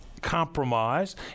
compromise